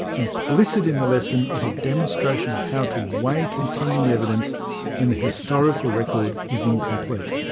implicit in the lesson is a demonstration of how to weigh contending evidence when the historical record is incomplete.